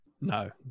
No